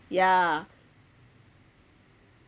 ya